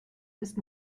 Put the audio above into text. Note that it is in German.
ist